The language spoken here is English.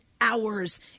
hours